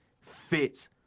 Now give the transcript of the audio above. fits